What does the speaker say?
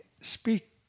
speak